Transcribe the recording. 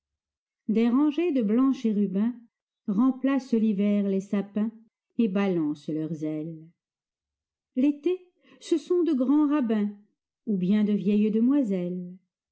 des rangées de blancs chérubins remplacent l'hiver les sapins et balancent leurs ailes l'été ce sont de grands rabbins ou bien de vieilles demoiselles